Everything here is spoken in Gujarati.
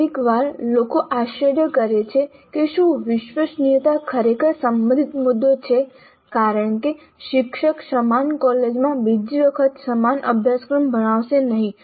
કેટલીકવાર લોકો આશ્ચર્ય કરે છે કે શું વિશ્વસનીયતા ખરેખર સંબંધિત મુદ્દો છે કારણ કે શિક્ષક સમાન કોલેજમાં બીજી વખત સમાન અભ્યાસક્રમ ભણાવશે નહીં